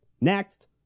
Next